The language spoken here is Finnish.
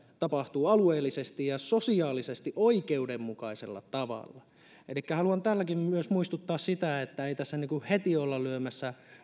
tapahtuu alueellisesti ja sosiaalisesti oikeudenmukaisella tavalla elikkä haluan muistuttaa siitä että ei tässä heti olla lyömässä